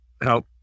help